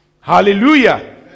Hallelujah